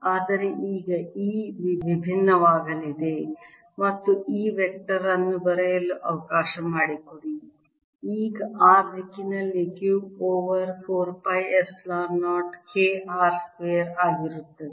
ಆದರೆ ಈಗ E ವಿಭಿನ್ನವಾಗಲಿದೆ ಮತ್ತು E ವೆಕ್ಟರ್ ಅನ್ನು ಬರೆಯಲು ಅವಕಾಶ ಮಾಡಿಕೊಡಿ ಈಗ r ದಿಕ್ಕಿನಲ್ಲಿ Q over 4 pi epsilon 0 K r square ಆಗಿರುತ್ತದೆ